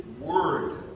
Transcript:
Word